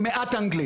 MA מעט אנגלית.